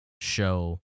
show